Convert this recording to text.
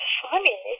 funny